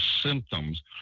symptoms